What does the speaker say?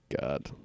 God